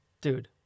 Dude